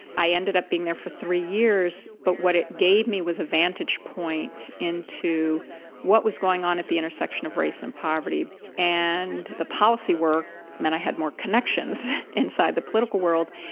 i ended up being there for three years. but what it gave me was a vantage point into what was going on at the intersection of race and poverty and the policy were met. i had more connections inside the political world.